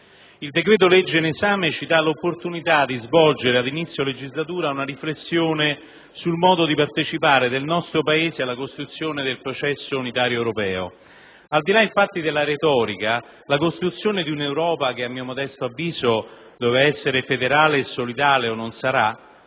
il decreto-legge in esame ci dà l'opportunità di svolgere ad inizio legislatura una riflessione sul modo di partecipare del nostro Paese alla costruzione del processo unitario europeo. Al di là infatti della retorica, la costruzione di un'Europa che, a mio modesto avviso, dovrà essere federale e solidale o non sarà,